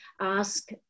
ask